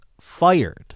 fired